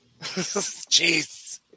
Jeez